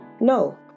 No